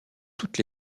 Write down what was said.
toutes